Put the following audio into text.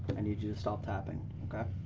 i need you to stop tapping, okay.